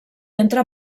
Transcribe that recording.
entre